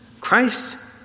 Christ